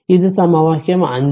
ഇത് സമവാക്യം 5